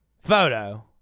photo